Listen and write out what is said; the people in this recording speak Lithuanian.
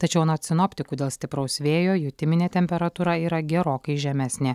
tačiau anot sinoptikų dėl stipraus vėjo jutiminė temperatūra yra gerokai žemesnė